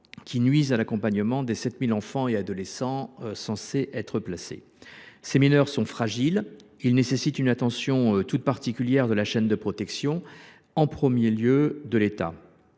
qui nuisent à l’accompagnement des 7 000 enfants et adolescents censés être placés. Ces mineurs sont fragiles et ont besoin d’une attention toute particulière de la chaîne de protection, en premier lieu de l’État.